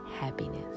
happiness